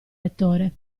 lettore